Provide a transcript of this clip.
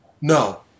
No